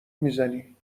میزنی